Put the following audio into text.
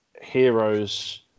heroes